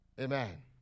Amen